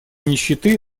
нищеты